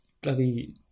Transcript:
bloody